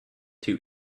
too